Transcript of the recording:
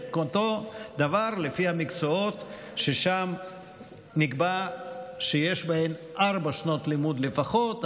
ואותו דבר לפי המקצועות שנקבע שיש בהם ארבע שנות לימוד לפחות,